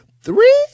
Three